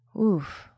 Oof